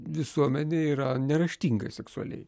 visuomenė yra neraštinga seksualiai